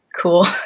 cool